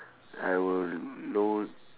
I will lower